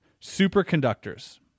Superconductors